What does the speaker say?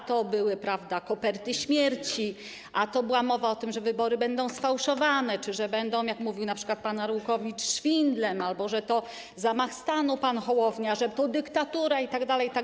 A to były koperty śmierci, a to była mowa o tym, że wybory będą sfałszowane czy że będą, jak mówił np. Arłukowicz, szwindlem, że to zamach stanu - pan Hołownia, że to dyktatura itd., itd.